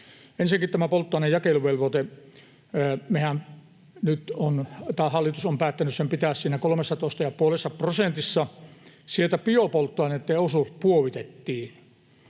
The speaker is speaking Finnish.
Ensinnäkin tämä polttoaineen jakeluvelvoite: Hallitus nyt on päättänyt pitää sen siinä 13,5 prosentissa. Sieltä biopolttoaineitten osuus puolitettiin,